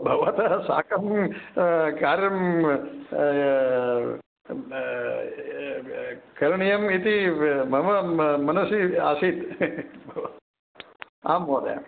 भवता साकं कार्यं करणीयमिति मम मनसि आसीत् आं महोदय